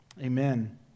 amen